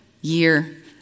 year